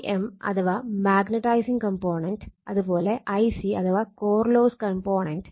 Im അഥവാ magnetising component അത് പോലെ Ic അഥവാ കോർ ലോസ് കംപോണന്റ്